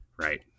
Right